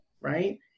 right